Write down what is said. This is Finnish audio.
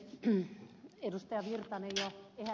virtanen jo ehätti vastaamaankin ed